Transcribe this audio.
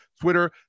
twitter